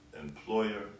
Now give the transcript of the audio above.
employer